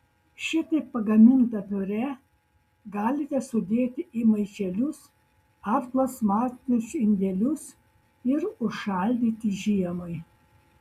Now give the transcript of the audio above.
šitaip pagamintą piurė galite sudėti į maišelius ar plastmasinius indelius ir užšaldyti žiemai